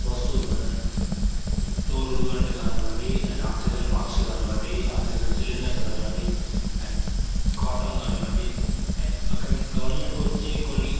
వస్తువులు అండ్ తోలుడు బండి కానివ్వండి అండ్ ఆక్సిజన్ మాస్క్ కానివ్వండి ఆక్సిజన్ సిలిండర్స్ కానివ్వండి అండ్ కాటన్ కానివ్వండి అండ్ అక్కడికి గవర్నమెంట్కు వచ్చే కొన్ని